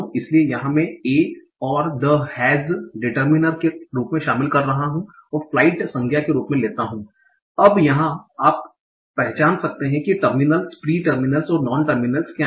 इसलिए यहां मैं ए और द हैज डिटर्मिनर के रूप में शामिल कर रहा हूं और फ्लाइट संज्ञा के रूप लेता हूं अब यहां आप पहचान सकते हैं कि टर्मिनल्स प्री टर्मिनल्स और नॉन टर्मिनल्स क्या हैं